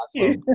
awesome